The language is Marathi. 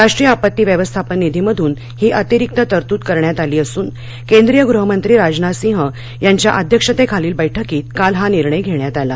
राष्ट्रीय आपत्ती व्यवस्थापन निधीमधून ही अतिरिक्त तरतूद करण्यात आली असून केंद्रीय गृहमंत्री राजनाथ सिंह यांच्या अध्यक्षतेखालील बैठकीत काल हा निर्णय घेण्यात आला